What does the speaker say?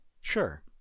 Sure